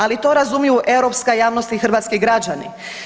Ali to razumiju europska javnost i hrvatski građani.